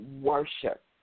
worship